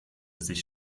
sich